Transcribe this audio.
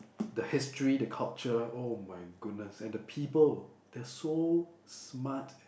the history the culture oh my goodness and the people they're so smart